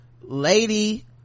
Lady